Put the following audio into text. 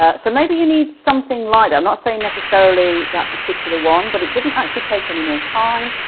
ah so maybe you need something lighter. i'm not saying necessarily that particular one, but it didn't actually take any more time.